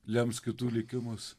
lems kitų likimus